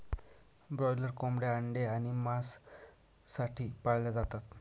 broiler कोंबड्या अंडे आणि मांस साठी पाळल्या जातात